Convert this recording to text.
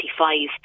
25